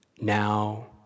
now